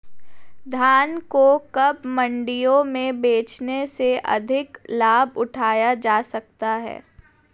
धान को कब मंडियों में बेचने से अधिक लाभ उठाया जा सकता है?